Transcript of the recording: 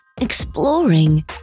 exploring